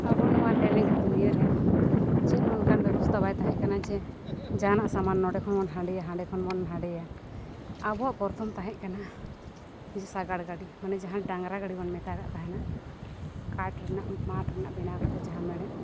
ᱟᱵᱚ ᱱᱚᱣᱟ ᱞᱮᱼᱞᱮᱜᱮᱡᱽ ᱫᱩᱱᱤᱭᱟᱹᱨᱮ ᱪᱮᱫᱦᱚᱸ ᱚᱱᱠᱟᱱ ᱵᱮᱵᱚᱥᱛᱟ ᱵᱟᱭ ᱛᱟᱦᱮᱸᱠᱟᱱᱟ ᱡᱮ ᱡᱟᱦᱟᱱᱟᱜ ᱥᱟᱢᱟᱱ ᱱᱚᱸᱰᱮᱠᱷᱚᱱ ᱵᱚᱱ ᱦᱟᱸᱰᱮᱭᱟ ᱦᱟᱸᱰᱮᱠᱷᱚᱱ ᱵᱚᱱ ᱱᱟᱸᱰᱮᱭᱟ ᱟᱵᱚᱣᱟᱜ ᱯᱨᱚᱛᱷᱚᱢ ᱛᱟᱦᱮᱸᱠᱟᱱᱟ ᱡᱮ ᱥᱟᱜᱟᱲ ᱜᱟᱹᱰᱤ ᱚᱱᱮ ᱡᱟᱦᱟᱸ ᱰᱟᱝᱨᱟ ᱜᱟᱹᱰᱤᱵᱚᱱ ᱢᱮᱛᱟᱣᱟᱜ ᱛᱟᱦᱮᱱᱟ ᱠᱟᱴ ᱨᱮᱱᱟᱜ ᱢᱟᱫ ᱨᱮᱱᱟᱜ ᱵᱮᱱᱟᱣ ᱠᱟᱛᱮᱫ ᱡᱟᱦᱟᱸ ᱢᱮᱬᱦᱮᱫ